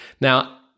now